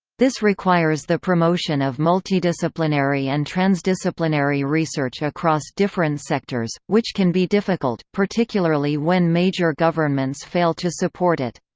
this requires the promotion of multidisciplinary and transdisciplinary research across different sectors, which can be difficult, particularly when major governments fail to support it.